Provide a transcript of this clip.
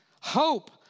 Hope